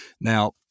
Now